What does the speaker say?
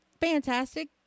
fantastic